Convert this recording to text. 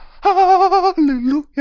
hallelujah